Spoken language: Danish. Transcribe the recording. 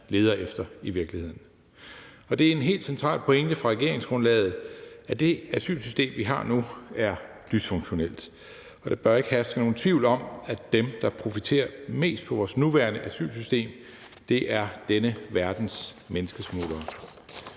leder efter? Det er en helt central pointe i regeringsgrundlaget, at det asylsystem, vi har nu, er dysfunktionelt. Der bør ikke herske nogen tvivl om, at dem, der profiterer mest på vores nuværende asylsystem, er denne verdens menneskesmuglere.